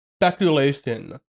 speculation